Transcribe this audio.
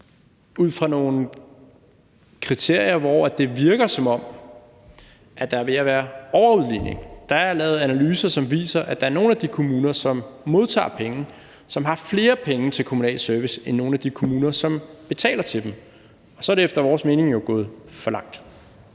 ud fra nogle kriterier, hvor det virker, som om der er ved at være overudligning. Der er lavet analyser, som viser, at der er nogle af de kommuner, som modtager penge, som har flere penge til kommunal service end nogle af de kommuner, som betaler til dem. Og så er det efter vores mening jo gået for langt.